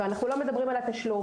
ואנחנו לא מדברים על התשלום.